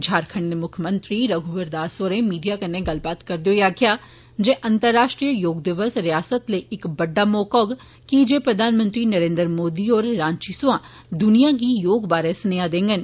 झारखंड दे मुक्खमंत्री रघुवर दास होरें मीडियां कन्ने गल्ल करदे होई आक्खेया जे अंतराश्ट्रीय योग दिवस रियासत लेई इक बड्डा मौका होग कि जे प्रधानमंत्री नरेन्द्र मोदी होर राची सोयां दुनिया गी योग बारे सनेह्या देङन